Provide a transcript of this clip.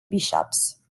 bishops